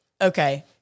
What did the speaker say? okay